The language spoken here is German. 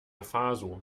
faso